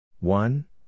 One